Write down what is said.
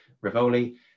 Rivoli